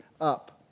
up